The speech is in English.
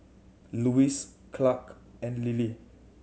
Louise Clare and Lillie